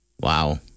Wow